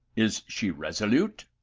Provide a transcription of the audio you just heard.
is she resolute?